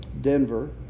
Denver